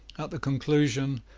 at the conclusion,